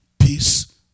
peace